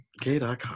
Gay.com